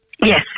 Yes